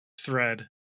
thread